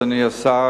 אדוני השר,